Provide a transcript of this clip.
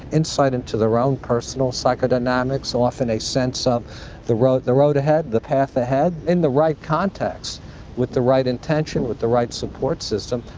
insight into their own personal psychodynamics, often a sense of the road the road ahead, the path ahead. in the right context with the right intention, with the right support system,